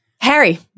Harry